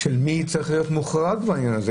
של מי צריך להיות מוחרג בעניין הזה.